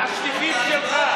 השטיחים שלך,